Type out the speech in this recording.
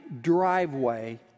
driveway